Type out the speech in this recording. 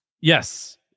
Yes